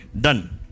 done